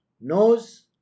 nose